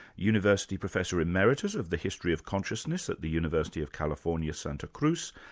university professor emeritus of the history of consciousness at the university of california, santa cruz,